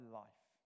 life